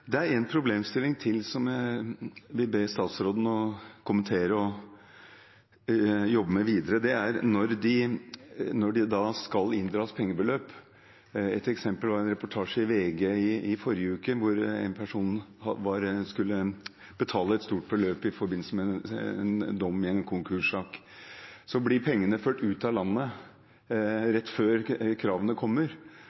Det er en problemstilling til, som jeg vil be statsråden å kommentere og jobbe med videre, og det gjelder når det skal inndras pengebeløp. I en reportasje i VG så vi et eksempel på en person som skulle betale et stort beløp i forbindelse med en dom i en konkurssak. Pengene ble ført ut av landet